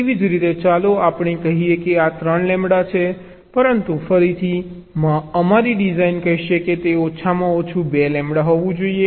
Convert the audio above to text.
તેવી જ રીતે ચાલો આપણે કહીએ કે આ 3 લેમ્બડા છે પરંતુ ફરીથી અમારી ડિઝાઇન કહેશે કે તે ઓછામાં ઓછું 2 લેમ્બડા હોવું જોઈએ